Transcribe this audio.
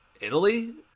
Italy